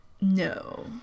no